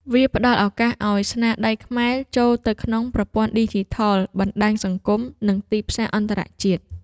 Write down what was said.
វាផ្ដល់ឱកាសឲ្យស្នាដៃខ្មែរ ចូលទៅក្នុងប្រព័ន្ធឌីជីថល បណ្ដាញសង្គម និងទីផ្សារអន្តរជាតិ